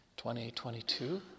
2022